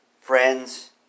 Friends